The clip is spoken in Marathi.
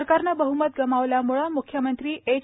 सरकारनं बहमत गमावल्यामुळे म्ख्यमंत्री एच